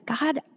God